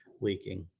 leaking,